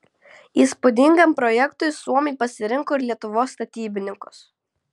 įspūdingam projektui suomiai pasirinko ir lietuvos statybininkus